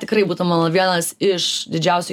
tikrai būtų mano vienas iš didžiausių